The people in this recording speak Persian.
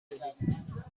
شدیم